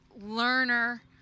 learner